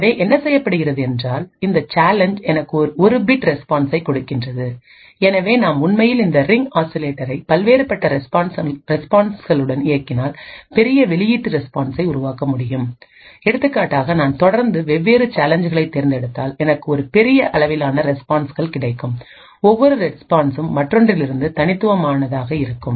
எனவே என்ன செய்யப்படுகிறது என்றால் இந்த சேலஞ்ச் எனக்கு ஒரு பிட் ரெஸ்பான்சைக் கொடுக்கிறது எனவே நாம் உண்மையில் இந்த ரிங் ஆசிலேட்டரை பல்வேறுபட்ட ரெஸ்பான்ஸ்களுடன் இயக்கினால் பெரிய வெளியீட்டு ரெஸ்பான்ஸ்சை உருவாக்க முடியும் எடுத்துக்காட்டாக நான் தொடர்ந்து வெவ்வேறு சேலஞ்ச்சுகளைத் தேர்ந்தெடுத்தால் எனக்கு ஒரு பெரிய அளவிலான ரெஸ்பான்ஸ்கள் கிடைக்கும் ஒவ்வொரு ரெஸ்பான்ஸ்சும் மற்றொன்றிலிருந்து தனித்துவமானதாக இருக்கும்